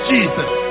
Jesus